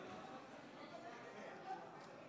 כן,